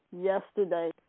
yesterday